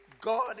God